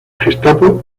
gestapo